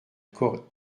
accord